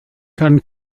can